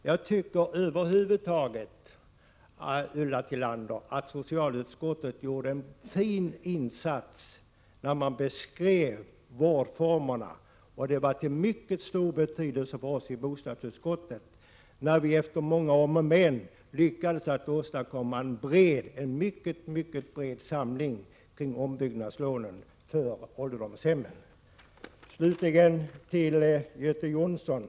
Jag tycker över huvud taget, Ulla Tillander, att socialutskottet gjorde en fin insats när man beskrev vårdformerna, och det var av mycket stor betydelse för oss i bostadsutskottet, när vi efter många om och men lyckades åstadkomma en mycket bred samling kring ombyggnadslån för ålderdomshemmen. Slutligen några ord till Göte Jonsson.